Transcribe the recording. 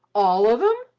all of em?